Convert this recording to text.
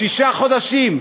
שישה חודשים.